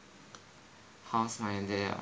how's my day ah